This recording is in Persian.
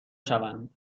شوند